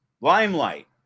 Limelight